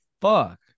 fuck